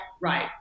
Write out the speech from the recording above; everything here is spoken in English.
right